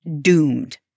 doomed